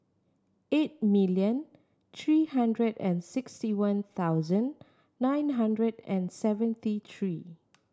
eight million three hundred and sixty one thousand nine hundred and seventy three